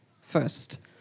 first